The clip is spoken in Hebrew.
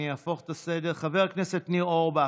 אני אהפוך את הסדר: חבר הכנסת ניר אורבך,